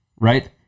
right